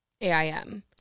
AIM